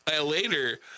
later